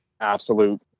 absolute